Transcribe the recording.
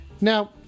Now